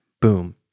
Boom